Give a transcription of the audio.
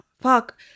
Fuck